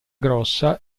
grossa